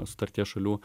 sutarties šalių